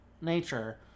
nature